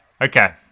Okay